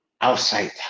outside